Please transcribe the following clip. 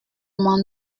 m’en